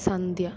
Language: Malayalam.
സന്ധ്യ